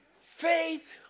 Faith